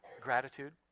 gratitude